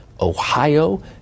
Ohio